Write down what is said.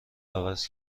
عوض